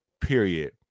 period